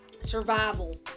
survival